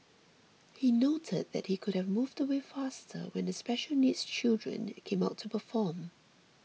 he noted that he could have moved away faster when the special needs children came out to perform